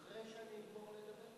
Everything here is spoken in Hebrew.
אחרי שאני אגמור לדבר?